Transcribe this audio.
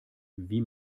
wie